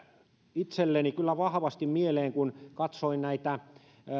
itselleni kyllä vahvasti mieleen kun katsoin näitä